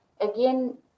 Again